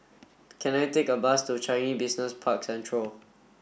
can I take a bus to Changi Business Park Central